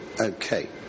Okay